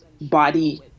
body